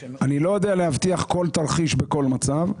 אני לא יודע להבטיח כל תרחיש בכל מצב,